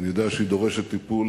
אני יודע שהיא דורשת טיפול,